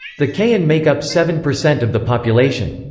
the kayin make up seven percent of the population.